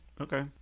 Okay